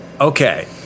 Okay